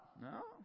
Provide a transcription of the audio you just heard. No